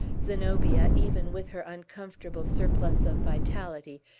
zenobia, even with her uncomfortable surplus of vitality,